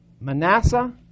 Manasseh